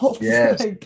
yes